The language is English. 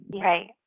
Right